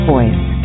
Voice